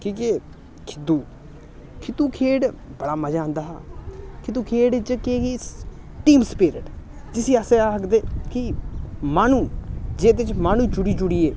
कि की खिद्दू खिद्दू खेढ बड़ा मजा औंदा हा खिद्दू खेढ च केह् ही टीम स्पिरिट जिस्सी अस आखदे कि माह्नू जेह्दे च माह्नू जुड़ी जुड़ियै